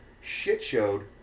shit-showed